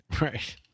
Right